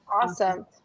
awesome